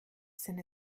sind